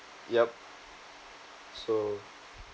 yup so